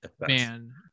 Man